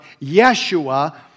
Yeshua